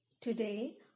Today